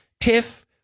Tiff